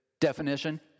definition